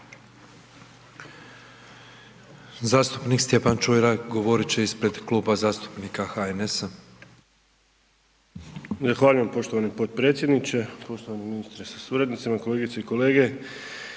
Zastupnik Stjepan Čuraj govorit će ispred Kluba zastupnika HNS-a. **Čuraj, Stjepan (HNS)** Zahvaljujem poštovani potpredsjedniče, poštovani ministre sa suradnicima, kolegice i kolege.